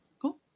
Cool